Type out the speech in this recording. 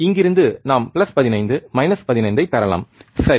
இங்கிருந்து நாம் plus 15 minus 15 ஐப் பெறலாம் சரி